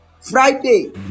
Friday